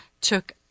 took